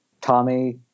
Tommy